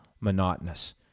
monotonous